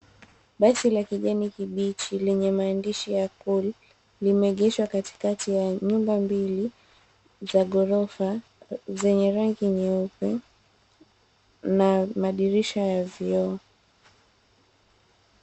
Basi la kijani kibichi lenye maandishi ya cool limeegeshwa katikati ya nyumba mbili za ghorofa zenye rangi nyeupe na madirisha ya vioo.